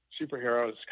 superheroes